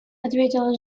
ответила